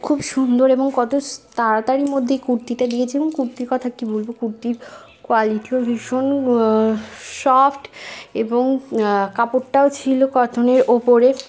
খুব সুন্দর এবং কত তাড়াতাড়ির মধ্যে এই কুর্তিটা দিয়েছেন এবং কুর্তির কথা কি বলবো কুর্তির কোয়ালিটিও ভীষণ সফ্ট এবং কাপড়টাও ছিল কটনের ওপরে